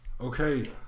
Okay